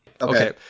Okay